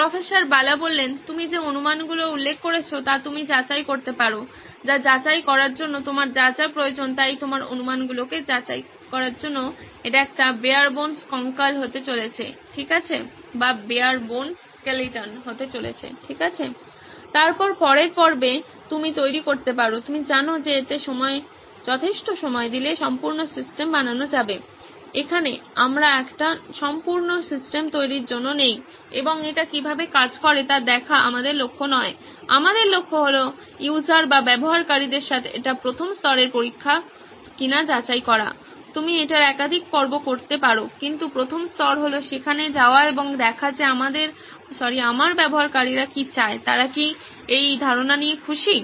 professor Bala তুমি যে অনুমানগুলি উল্লেখ করেছো তা তুমি যাচাই করতে পারো যা যাচাই করার জন্য তোমার যা যা প্রয়োজন তাই তোমার অনুমানগুলিকে যাচাই করার জন্য এটি ঠিক বেয়ারবোনস কঙ্কাল হতে চলেছে ঠিক আছে তারপর পরের পর্বে তুমি তৈরি করতে পারো তুমি জানো যে এতে যথেষ্ট সময় দিলে সম্পূর্ণ সিস্টেম বানানো যাবে এখানে আমরা একটি সম্পূর্ণ সিস্টেম তৈরির জন্য নেই এবং এটি কীভাবে কাজ করে তা দেখা আমাদের লক্ষ্য নয় আমাদের লক্ষ্য ব্যবহারকারীদের সাথে এটি প্রথম স্তরের পরীক্ষা কিনা যাচাই করা তুমি এটার একাধিক পর্ব করতে পারো কিন্তু প্রথম স্তর হলো সেখানে যাওয়া এবং দেখা যে আমার ব্যবহারকারীরা কি চায় তারা কি এই ধারণা নিয়ে খুশি